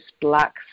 black